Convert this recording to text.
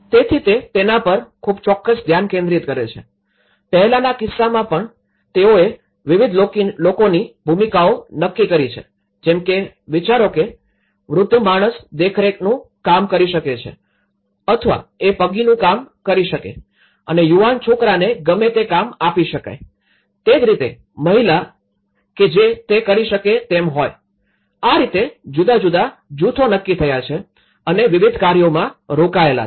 તેથી તે તેના પર ખૂબ ચોક્કસ ધ્યાન કેન્દ્રિત કરે છે પહેલાના કિસ્સામાં પણ તેઓએ વિવિધ લોકોની ભૂમિકાઓ નક્કી કરી છે જેમ વિચારો કે વૃદ્ધ માણસ દેખરેખનું કામ કરી શકે છે અથવા એ પગીનું કામ કરી શકે અને યુવાન છોકરાને ગમે તે કામ આપી શકાય તે જ રીતે મહિલા કે જે તે કરી શકે તેમ હોયઆ રીતે જુદા જુદા જૂથો નક્કી થયા છે અને વિવિધ કર્યોમાં રોકાયેલા છે